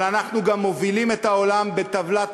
אבל אנחנו גם מובילים את העולם בטבלת